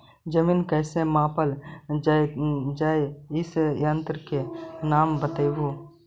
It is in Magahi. जमीन कैसे मापल जयतय इस यन्त्र के नाम बतयबु?